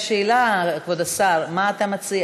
כבוד השר, מה אתה מציע?